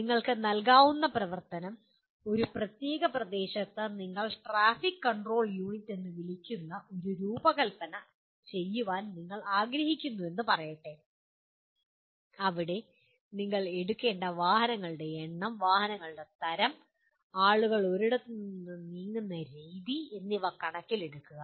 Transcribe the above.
നിങ്ങൾക്ക് നൽകാവുന്ന പ്രവർത്തനം ഒരു പ്രത്യേക പ്രദേശത്ത് നിങ്ങൾ ട്രാഫിക് കൺട്രോൾ യൂണിറ്റ് എന്ന് വിളിക്കുന്ന ഒരു രൂപകൽപ്പന ചെയ്യാൻ നിങ്ങൾ ആഗ്രഹിക്കുന്നുവെന്ന് പറയട്ടെ അവിടെ നിങ്ങൾ എടുക്കേണ്ട വാഹനങ്ങളുടെ എണ്ണം വാഹനങ്ങളുടെ തരം ആളുകൾ ഒരിടത്തു നിന്ന് നീങ്ങുന്ന രീതി എന്നിവ കണക്കിലെടുക്കുക